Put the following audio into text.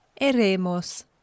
eremos